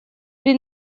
при